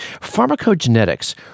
Pharmacogenetics